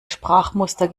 sprachmuster